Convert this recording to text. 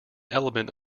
element